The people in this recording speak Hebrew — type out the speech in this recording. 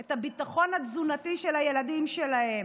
את הביטחון התזונתי של הילדים שלהם.